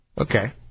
Okay